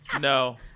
No